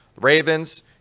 Ravens